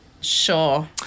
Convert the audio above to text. Sure